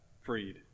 freed